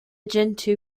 gentoo